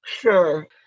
Sure